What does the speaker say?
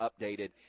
updated